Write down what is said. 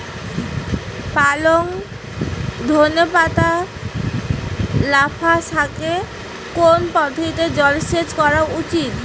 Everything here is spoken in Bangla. পালং ধনে পাতা লাফা শাকে কোন পদ্ধতিতে জল সেচ করা উচিৎ?